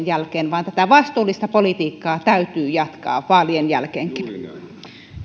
jälkeen vaan tätä vastuullista politiikkaa täytyy jatkaa vaalien jälkeenkin